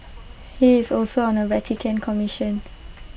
he is also on A Vatican commission